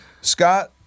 Scott